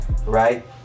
right